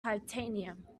titanium